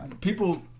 people